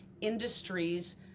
Industries